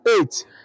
eight